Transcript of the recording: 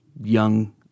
young